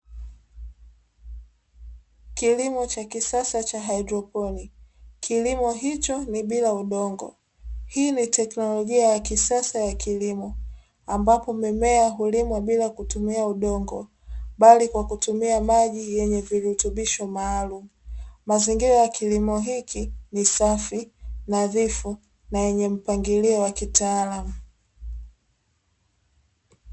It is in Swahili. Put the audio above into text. Kilimo cha kisasa cha Hydroponic kilimo hicho ni bila udongo hii ni teknolojia ya kisasa ya kilimo, ambapo mimea hulimwa bila kutumia udongo bali kwa kutumia maji yenye virutubisho maalum, mazingira ya kilimo hiki ni safi nadhifu na yenye mpangilio wa kitaalamu.